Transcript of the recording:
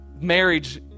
Marriage